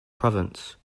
province